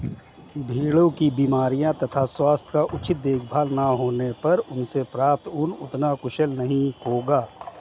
भेड़ों की बीमारियों तथा स्वास्थ्य का उचित देखभाल न होने पर उनसे प्राप्त ऊन उतना कुशल नहीं होगा